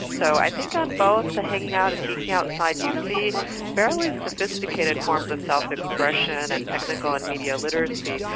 so i think on both the hanging out and geeking out side you see fairly sophisticated forms of self expression and technical and media literacy,